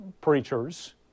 preachers